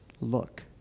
look